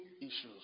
issues